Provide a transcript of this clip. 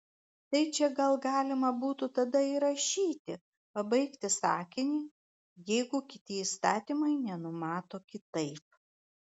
tai čia gal galima būtų tada įrašyti pabaigti sakinį jeigu kiti įstatymai nenumato kitaip